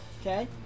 Okay